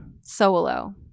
solo